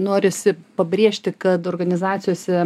norisi pabrėžti kad organizacijose